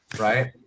Right